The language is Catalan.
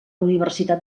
universitat